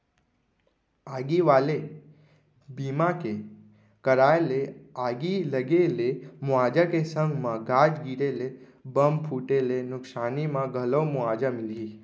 आगी वाले बीमा के कराय ले आगी लगे ले मुवाजा के संग म गाज गिरे ले, बम फूटे ले नुकसानी म घलौ मुवाजा मिलही